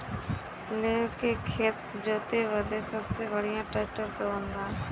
लेव के खेत जोते बदे सबसे बढ़ियां ट्रैक्टर कवन बा?